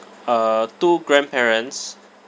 uh two grandparents